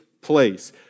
place